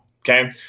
okay